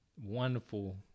wonderful